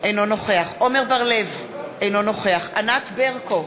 אינו נוכח עמר בר-לב, אינו נוכח ענת ברקו,